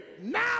now